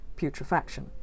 putrefaction